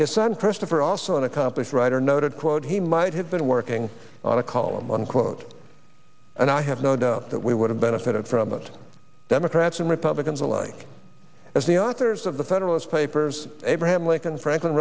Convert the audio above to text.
his son christopher also an accomplished writer noted quote he might have been working on a column unquote and i have no doubt that we would have benefited from it democrats and republicans alike as the authors of the federalist papers abraham lincoln franklin